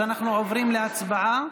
אנחנו עוברים להצבעה